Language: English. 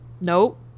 Nope